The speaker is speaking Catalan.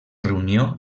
reunió